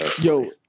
Yo